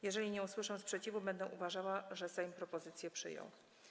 Jeżeli nie usłyszę sprzeciwu, będę uważała, że Sejm propozycję przyjął.